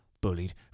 bullied